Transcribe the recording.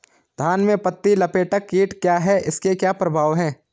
धान में पत्ती लपेटक कीट क्या है इसके क्या प्रभाव हैं?